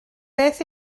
beth